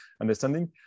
understanding